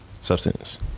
substance